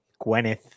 Gwyneth